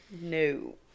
No